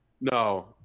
No